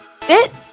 FIT